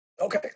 Okay